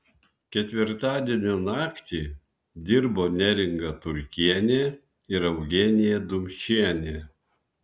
ketvirtadienio naktį dirbo neringa turkienė ir eugenija dumčienė